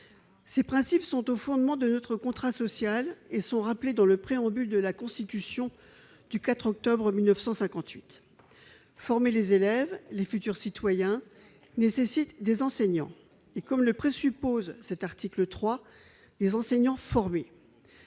Ces principes sont au fondement de notre contrat social et à ce titre sont rappelés dans le préambule de la Constitution du 4 octobre 1958. » Former les élèves, les futurs citoyens, nécessite des enseignants et, comme le présuppose cet article, des enseignants formés.